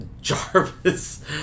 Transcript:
Jarvis